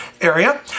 area